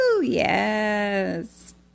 yes